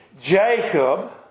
Jacob